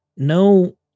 no